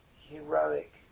heroic